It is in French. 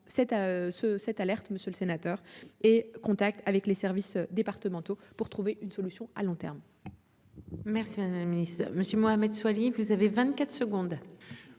cette alerte, monsieur le sénateur et contact avec les services départementaux pour trouver une solution à long terme. Merci madame la ministre monsieur Mohamed Soilihi, vous avez 24 secondes.